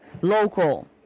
Local